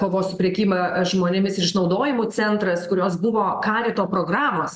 kovos su prekyba žmonėmis išnaudojimu centras kurios buvo karito programos